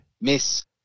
Miss